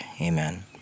Amen